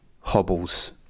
hobbles